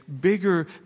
bigger